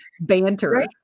banter